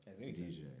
DJ